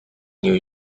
new